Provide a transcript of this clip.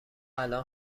الان